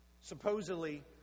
supposedly